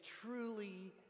truly